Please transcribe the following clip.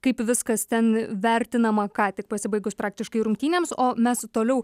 kaip viskas ten vertinama ką tik pasibaigus praktiškai rungtynėms o mes toliau